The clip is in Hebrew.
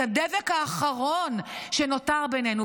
את הדבק האחרון שנותר בינינו,